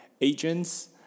agents